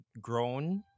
grown